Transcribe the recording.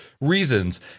reasons